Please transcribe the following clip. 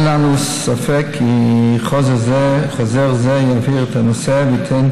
אין לנו ספק כי חוזר זה יבהיר את הנושא וייתן